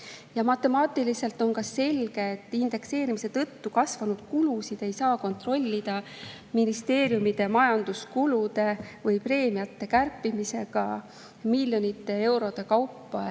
Matemaatiliselt on ka selge, et indekseerimise tõttu kasvanud kulusid ei saa kontrollida ministeeriumide majanduskulude või preemiate kärpimisega miljonite eurode kaupa.